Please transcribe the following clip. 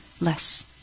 less